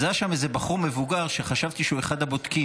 אז היה שם איזה בחור מבוגר שחשבתי שהוא אחד הבודקים.